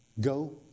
Go